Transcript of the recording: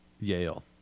Yale